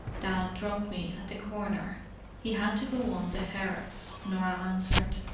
dad dropped me at the corner he had to go on to harrods, norah answered.